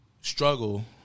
struggle